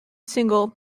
single